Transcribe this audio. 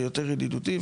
ליותר ידידותי,